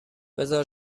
بذار